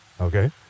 Okay